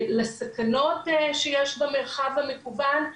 לסכנות שיש במרחב המקוון,